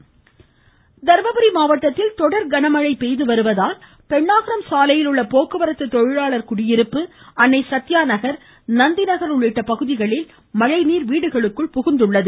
தர்மபுரி மழை தர்மபுரி மாவட்டத்தில் தொடர் கனமழை பெய்துவருவதால் பெண்ணாகரம் சாலையில் உள்ள போக்குவரத்து தொழிலாளர் குடியிருப்பு அன்னை சத்யா நகர் நந்தி நகர் உள்ளிட்ட பகுதிகளில் மழை நீர் வீடுகளுக்குள் புகுந்தது